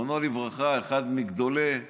זיכרונו לברכה, אחד מגדולי היהודים,